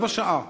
רבע שעה,